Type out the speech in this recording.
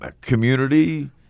community